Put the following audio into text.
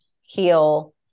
heal